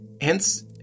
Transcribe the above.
Hence